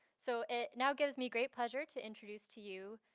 so, it now gives me great pleasure, to introduce to you,